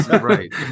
Right